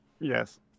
Yes